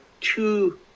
two